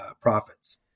profits